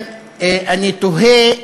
אני תוהה,